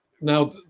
now